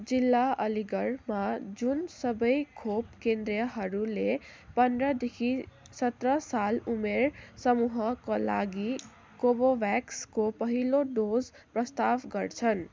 जिल्ला अलीगढमा जुन सबै खोप केन्द्रहरूले पन्ध्रदेखि सत्र साल उमेर समूहका लागि कोभोभ्याक्सको पहिलो डोज प्रस्ताव गर्छन्